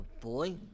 Boy